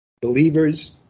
Believers